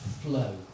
flow